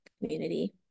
community